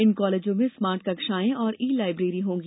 इन college में smart कक्षाएं और ई लाइब्रेरी होगी